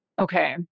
Okay